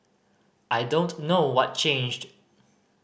I don't know what changed